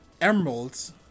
emeralds